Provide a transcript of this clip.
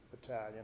battalion